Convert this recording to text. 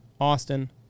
Austin